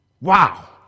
Wow